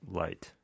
light